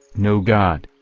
no god.